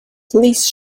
please